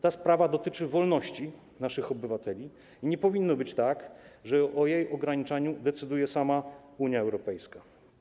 Ta sprawa dotyczy wolności naszych obywateli i nie powinno być tak, że o jej ograniczaniu decyduje sama Unia Europejska.